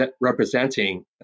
representing